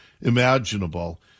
imaginable